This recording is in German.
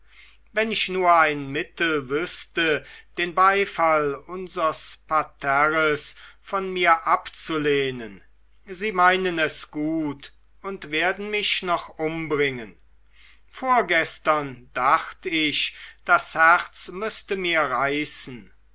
wenn ich nur ein mittel wüßte den beifall unsers parterres von mir abzulehnen sie meinen es gut und werden mich noch umbringen vorgestern dacht ich das herz müßte mir reißen